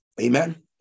Amen